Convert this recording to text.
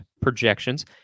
projections